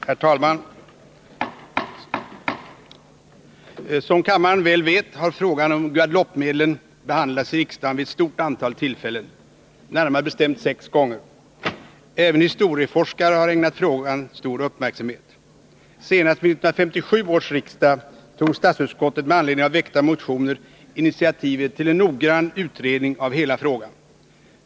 Herr talman! Som kammaren väl vet har frågan om Guadeloupemedlen behandlats i riksdagen vid ett stort antal tillfällen, närmare bestämt sex gånger. Även historieforskare har ägnat den stor uppmärksamhet. Senast vid 1957 års riksdag tog statsutskottet med anledning av väckta motioner initiativ tillen noggrann utredning av hela frågan.